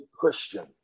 Christian